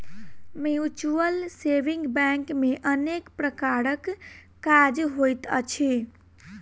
mutual saving bank मे अनेक प्रकारक काज होइत अछि